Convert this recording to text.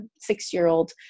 six-year-old